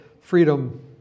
Freedom